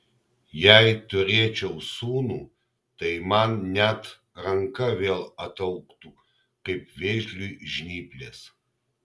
jei turėčiau sūnų tai man net ranka vėl ataugtų kaip vėžliui žnyplės